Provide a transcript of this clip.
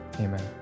amen